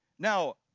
Now